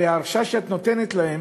הרי ההרשאה שאת נותנת להם,